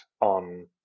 on